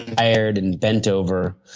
tired and bent over.